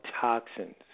toxins